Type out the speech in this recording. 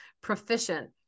proficient